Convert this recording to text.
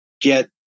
get